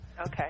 Okay